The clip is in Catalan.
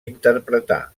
interpretà